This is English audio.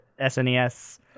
SNES